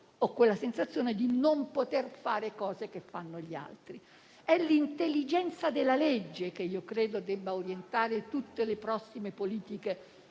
di essere inferiori o di non poter fare cose che fanno gli altri. È l'intelligenza della legge che credo debba orientare tutte le prossime politiche